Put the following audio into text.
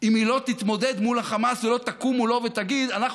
אם היא לא תתמודד מול החמאס ולא תקום מולו ותגיד: אנחנו